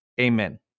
Amen